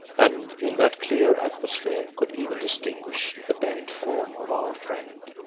and in that clear atmosphere could even distinguish the bent form of our friend,